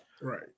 Right